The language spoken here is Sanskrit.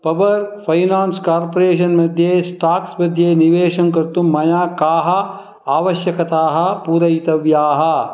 पवर् फ़ैनान्स् कार्पोरेशन्मध्ये स्टाक्स्मध्ये निवेशं कर्तुं मया काः आवश्यकताः पूरयितव्याः